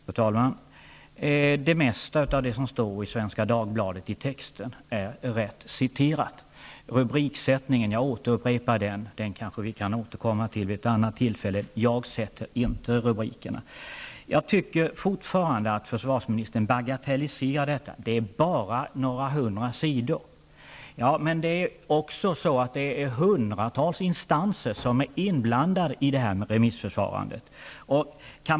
Fru talman! Det mesta av det som står i texten i Svenska Dagbladet är rätt citerat. Rubriksättningen kanske vi kan återkomma till vid ett annat tillfälle -- jag sätter inte rubrikerna. Jag tycker fortfarande att försvarsministern bagatelliserar detta -- det är ''bara några hundra sidor''. Men det är också hundratals instanser som är inblandade i remissförfarandet.